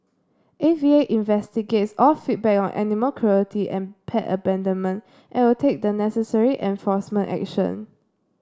A V A investigates all feedback on animal cruelty and pet abandonment and will take the necessary enforcement action